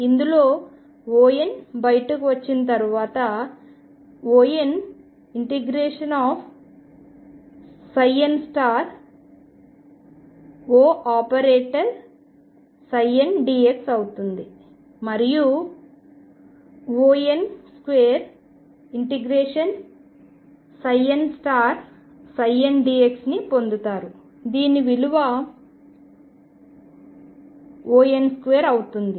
ఇందులో On బయటకు వచ్చిన తర్వాత On ∫nOndx అవుతుంది మరియు On2∫nndx ని పొందుతారు దీని విలువ On2 అవుతుంది